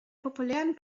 populären